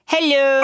Hello